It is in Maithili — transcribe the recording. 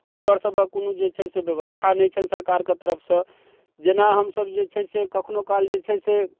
हुनका सभके कोनो जे छै से व्यवस्था नहि छनि सरकारक तरफसँ जेना हमसब जे छै से कखनो काल जे छै से